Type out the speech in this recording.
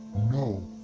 no.